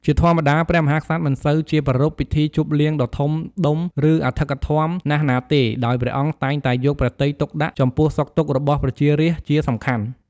ជាធម្មតា ព្រះមហាក្សត្រ មិនសូវជា ប្រារព្ធពិធីជប់លៀងដ៏ធំដុំ ឬ អធិកអធម ណាស់ណាទេ ដោយ ព្រះអង្គតែងតែយកព្រះទ័យទុកដាក់ ចំពោះ សុខទុក្ខ របស់ប្រជារាស្ត្រជាសំខាន់។